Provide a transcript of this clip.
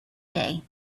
day